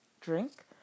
drink